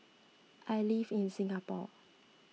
I live in Singapore